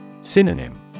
Synonym